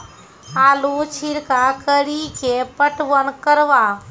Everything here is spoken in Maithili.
आलू छिरका कड़ी के पटवन करवा?